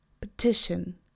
petition